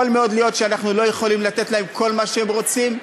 יכול מאוד להיות שאנחנו לא יכולים לתת להם כל מה שהם רוצים,